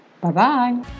Bye-bye